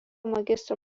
magistro